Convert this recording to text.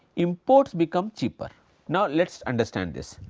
imports become cheaper now let us understand this.